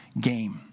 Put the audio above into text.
game